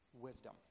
wisdom